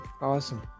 awesome